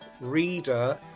reader